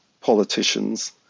politicians